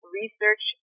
research